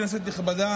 כנסת נכבדה,